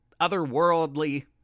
otherworldly